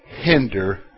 hinder